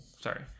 sorry